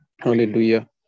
Hallelujah